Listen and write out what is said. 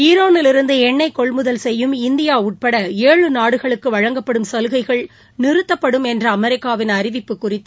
ஈரானிலிருந்து எண்ணெய் கொள்முதல் செய்யும் இந்தியா உட்பட ஏழு நாடுகளுக்கு வழங்கப்படும் சலுகைகள் நிறுத்தப்படும் என்ற அமெரிக்காவின் அறிவிப்பு குறித்து